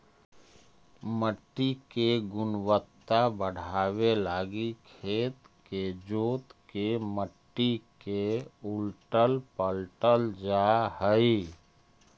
मट्टी के गुणवत्ता बढ़ाबे लागी खेत के जोत के मट्टी के उलटल पलटल जा हई